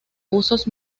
usos